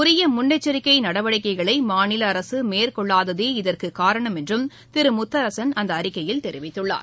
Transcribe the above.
உரிய முன்னெச்சிக்கை நடவடிக்கைகளை மாநில அரசு மேற்கொள்ளாததே இதற்குக் காரணம் என்றம் திரு முத்தரசன் அந்த அறிக்கையில் தெரிவித்துள்ளார்